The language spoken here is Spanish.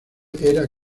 era